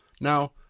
Now